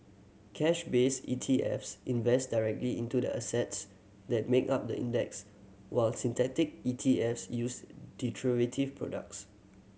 cash based E T Fs invest directly into the assets that make up the index while synthetic E T Fs use derivative products